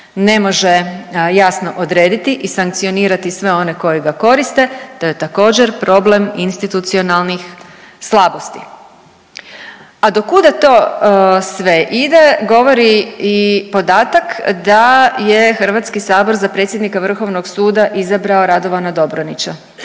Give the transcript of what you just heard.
ne može jasno odrediti i sankcionirati sve one koji ga koriste to je također problem institucionalnih slabosti. A do kuda sve to ide govori i podatak da je HS za predsjednika vrhovnog suda izabrao Radovana Dobronića.